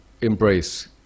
embrace